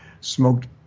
smoked